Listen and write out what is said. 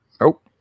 Nope